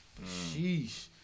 Sheesh